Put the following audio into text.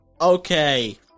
Okay